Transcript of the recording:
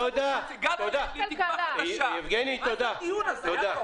מה זה הדיון הזה?